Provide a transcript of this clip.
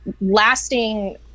lasting